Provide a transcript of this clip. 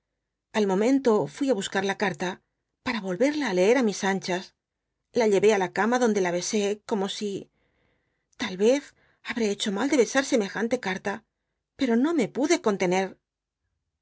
al momento fui á buscar la carta para volverla á leer á mis anchas la llevé á la cama donde la besé como si tal vez habré echo mal de besar semejante carta pero dq me pude contener